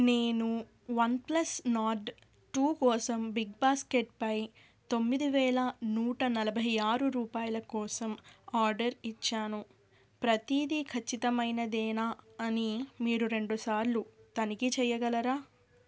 నేను OnePlus Nord two కోసం బిగ్బాస్కెట్పై తొమ్మిది వేల నూట నలభై ఆరు రూపాయల కోసం ఆర్డర్ ఇచ్చాను ప్రతిదీ ఖచ్చితమైనదేనా అని మీరు రెండుసార్లు తనిఖీ చెయ్యగలరా